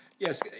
Yes